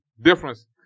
difference